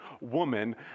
woman